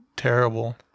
Terrible